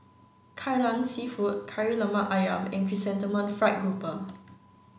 Lai Lan Seafood Kari Lemak Ayam and Chrysanthemum Fried Grouper